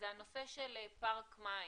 זה הנושא של פארק מים,